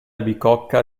bicocca